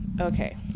Okay